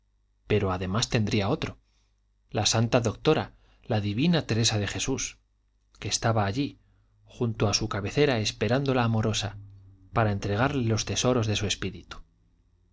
pero además tendría otro la santa doctora la divina teresa de jesús que estaba allí junto a su cabecera esperándola amorosa para entregarle los tesoros de su espíritu